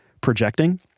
projecting